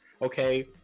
Okay